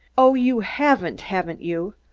oh, you haven't, haven't you?